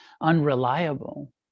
unreliable